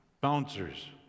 Bouncers